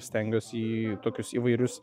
stengiuosi į tokius įvairius